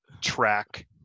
track